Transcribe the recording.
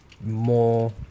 more